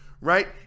right